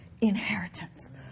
inheritance